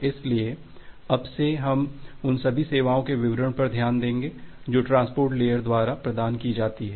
इसलिए अब से हम उन सभी सेवाओं के विवरण पर ध्यान देंगे जो ट्रांसपोर्ट लेयर द्वारा प्रदान की जाती हैं